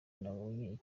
nabonye